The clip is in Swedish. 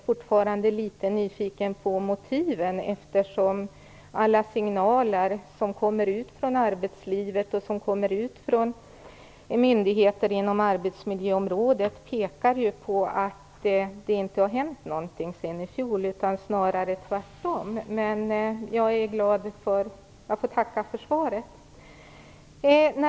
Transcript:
Fortfarande är jag litet nyfiken på motiven, eftersom alla signaler från arbetslivet och från myndigheter inom arbetsmiljöområdet tyder på att det inte har hänt något sedan i fjol. Men jag är glad över svaret.